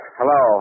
hello